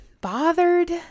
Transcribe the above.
bothered